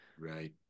Right